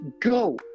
Go